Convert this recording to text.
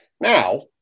Now